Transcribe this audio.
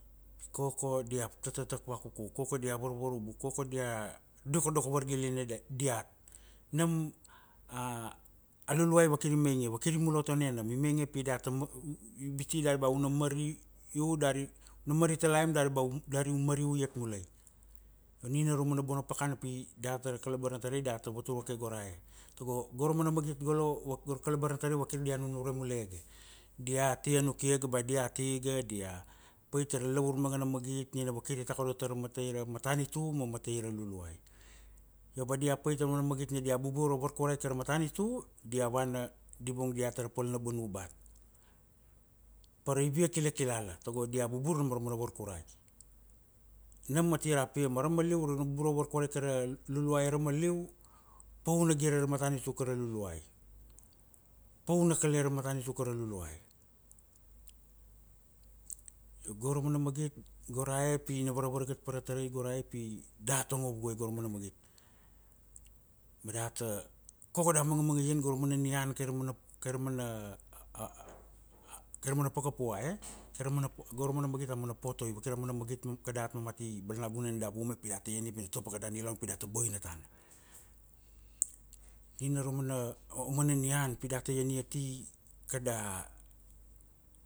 koko dia tatatak vakuku, koko dia warwarubu koko dia dokodoko vargiliane diat. nam a luluai vakir i mange, vakir i mulotane nam i mainge pi data biti dari ba u na mari una mari talaim dari ba u dari u mari u iat mulai. nina ra mana bona pakana pi dat a kalabar na tarai dat a vatur vake go ra e. togo go ra mana magit golo go ra kalabar na tarai vakir dia nunure mulege dia tia nukiaga ba diat iga dia pait ra lavur mangana magit nina wakir i takodo tara matai ra matanitu ma matai ra luluai. io ba dia pait ra mana magit nina dia bubur ra warkurai kai ra matanitu dia vana, di vung diat ta ra palnabanubat pa ra ivia kilakilala tago dia bubur nam ra mana warkurai. nam a ti ra pia ma arama liu una bubur ra warkurai kai ra luluai arama liu, pauna gire ra matanitu kai ra luluai. pauna kale ra matanitu kai ra luluai. io go ra mana magit go ra e, pi ina warawaragat pa ra tarai pi data ngo vue go ra mana magit. ma data koko da mangamanga ian go ra mana nian kai ra mana, kai ra mana kai ra mana paka pua e. kai ra mana, go ra mana magit a mana potoi wakir a mana magit kadat mamati balanagunan da vaome pi data ian ia pi na to pa kada nilaun pi data boina tana. nina ra mana mana nian pi data ian ia ati kada